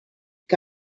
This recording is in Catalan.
que